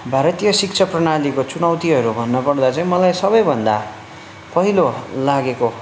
भारतीय शिक्षा प्रणालीको चुनौतिहरू भन्नुपर्दा चाहिँ मलाई सबैभन्दा पहिलो लागेको